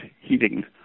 heating